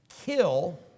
kill